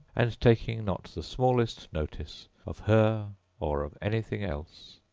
and taking not the smallest notice of her or of anything else.